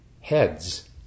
heads